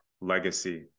legacy